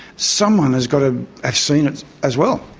someone has got to have seen it as well.